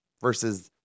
versus